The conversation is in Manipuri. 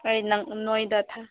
ꯍꯣꯏ ꯅꯪ ꯅꯣꯏꯗ